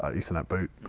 ah ethernet boot.